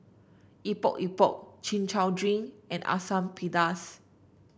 Epok Epok Chin Chow Drink and Asam Pedas